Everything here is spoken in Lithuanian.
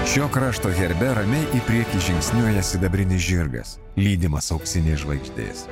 šio krašto herbe ramiai į priekį žingsniuoja sidabrinis žirgas lydimas auksinės žvaigždės